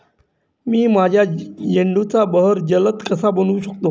मी माझ्या झेंडूचा बहर जलद कसा बनवू शकतो?